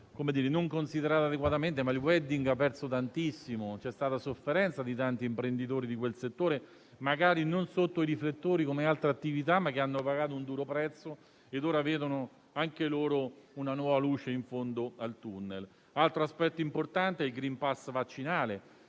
considerato adeguatamente; il *wedding* ha perso tantissimo e c'è stata sofferenza di tanti imprenditori di quel settore, magari non sotto i riflettori come altre attività, che hanno pagato un duro prezzo ma ora vedono anche loro una nuova luce in fondo al tunnel. Altro aspetto importante è il *green pass* vaccinale.